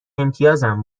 امتیازم